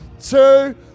two